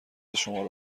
شماره